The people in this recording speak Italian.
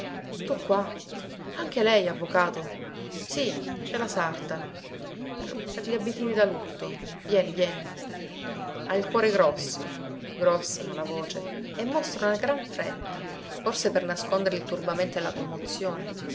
tu qua anche lei avvocato sì c'è la sarta per per gli abitini da lutto vieni vieni ha il cuore grosso grossa la voce e mostra una gran fretta forse per nascondere il turbamento e la commozione